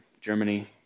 Germany